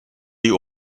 die